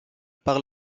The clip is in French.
par